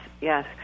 yes